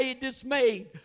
dismayed